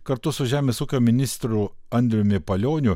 kartu su žemės ūkio ministru andriumi palioniu